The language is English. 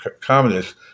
communists